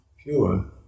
pure